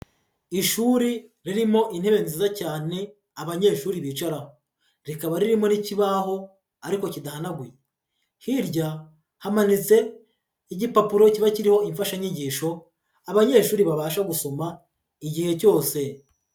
Ishuri ririmo intebe nziza cyane abanyeshuri bicaraho, rikaba ririmo n'ikibaho ariko kidahanaguye, hirya hamanitse igipapuro kiba kiriho imfashanyigisho abanyeshuri babasha gusoma igihe cyose.